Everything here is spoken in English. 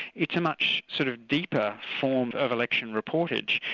it's a much sort of deeper form of election reportage,